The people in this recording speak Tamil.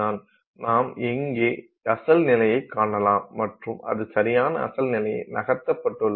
எனவே நாம் இங்கே அசல் நிலையை காணலாம் மற்றும் அது சரியான அசல் நிலையை நகர்த்தப்பட்டுள்ளது